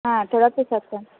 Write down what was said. हा तदपि सत्यं